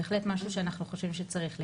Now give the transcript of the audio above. בהחלט משהו שאנחנו חושבים שצריך לקדם.